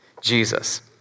Jesus